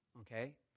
okay